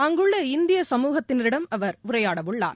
அங்குள்ள இந்திய சமூகத்தவருடன் அவர் உரையாடவுள்ளார்